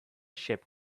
ship